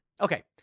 Okay